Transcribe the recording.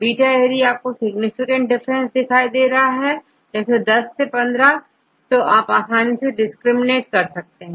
बीटायदि आपको significant difference दिख रहा है जैसे 10 15 तो आप आसानी से डिस्क्रिमिनेट कर सकते हैं